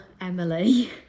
Emily